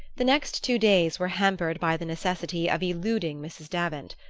the next two days were hampered by the necessity of eluding mrs. davant.